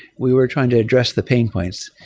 we were trying to address the pain points.